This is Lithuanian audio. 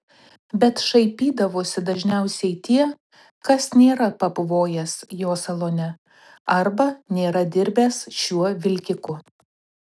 bet šaipydavosi dažniausiai tie kas nėra pabuvojęs jo salone arba nėra dirbęs šiuo vilkiku